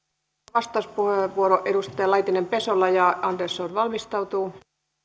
vastauspuheenvuoro edustaja laitinen pesola ja andersson valmistautuu